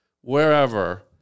wherever